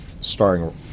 starring